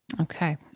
Okay